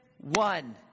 one